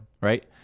right